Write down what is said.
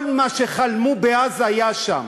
כל מה שחלמו בעזה היה שם.